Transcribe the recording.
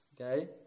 okay